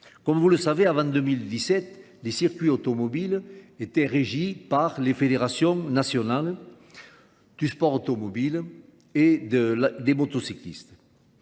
Comme vous le savez, avant 2017, les circuits automobiles étaient régis par les fédérations nationales du sport automobile et des motocyclistes.